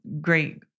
Great